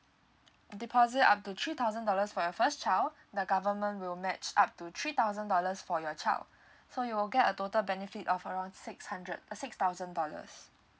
deposit up to three thousand dollars for your first child the government will match up to three thousand dollars for your child so you will get a total benefit of around six hundred uh six thousand dollars